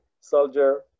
soldier